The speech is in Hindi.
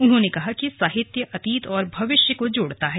उन्होंने कहा कि साहित्य अतीत और भविष्य को जोड़ता है